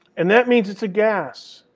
and that means it's a gas.